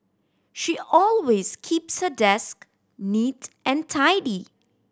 she always keeps her desk neat and tidy